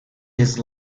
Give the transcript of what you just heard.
his